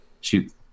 shoot